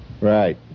Right